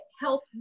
help